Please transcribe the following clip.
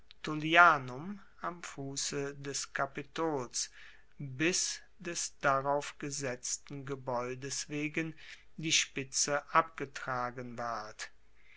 am fusse des kapitols bis des darauf gesetzten gebaeudes wegen die spitze abgetragen ward